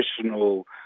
traditional